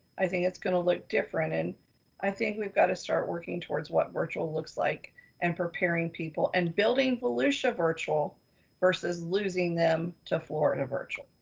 i think it's gonna look different. and i think we've got to start working towards what virtual looks like and preparing people and building volusia virtual versus losing them to florida virtual.